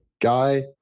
guy